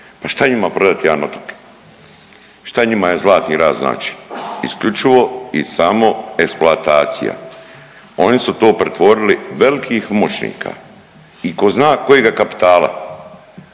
pa šta je njima prodat jedan otok, šta njima Zlatni rat znači, isključivo i samo eksploatacija, oni su to pretvorili velikih moćnika i ko zna kojega kapitala.